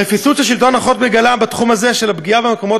הרפיסות ששלטון החוק מגלה בתחום הזה של הפגיעה במקומות